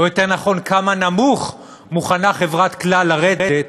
או יותר נכון כמה נמוך מוכנה חברת "כלל" לרדת,